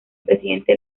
presidente